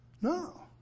No